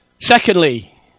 secondly